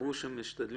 במשטרה,